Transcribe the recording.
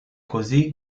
così